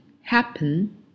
happen